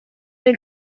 del